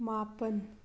ꯃꯥꯄꯟ